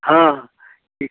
हाँ ठीक